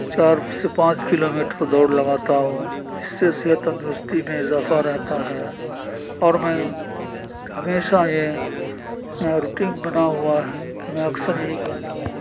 چار سے پانچ کلو میٹر دوڑ لگاتا ہوں اس سے صحت تندرستی میں اضافہ رہتا ہے اور میں ہمیشہ یہ روٹنگ بنا ہوا ہے کہ میں اکثر یہی کرتا ہوں